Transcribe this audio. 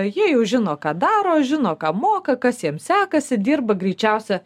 jie jau žino ką daro žino ką moka kas jiem sekasi dirba greičiausia